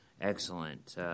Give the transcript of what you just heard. excellent